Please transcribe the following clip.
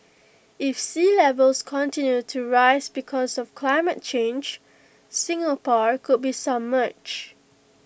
if sea levels continue to rise because of climate change Singapore could be submerged